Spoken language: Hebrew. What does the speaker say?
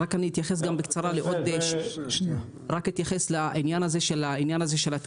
רק אתייחס בקצרה לעניין התקינה.